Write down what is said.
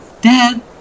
Dad